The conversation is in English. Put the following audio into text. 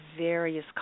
various